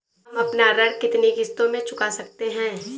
हम अपना ऋण कितनी किश्तों में चुका सकते हैं?